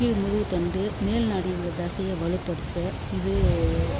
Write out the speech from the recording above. கீழ் முதுகுத்தண்டு மேல் நாடியில் உள்ள தசையை வலுப்படுத்த இது